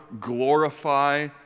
glorify